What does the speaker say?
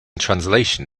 translation